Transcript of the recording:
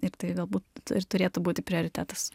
ir tai galbūt ir turėtų būti prioritetas